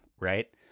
right